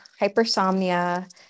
hypersomnia